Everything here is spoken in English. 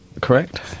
correct